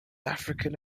african